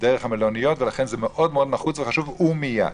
לכן זה מאוד נחוץ וחשוב,